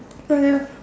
oh ya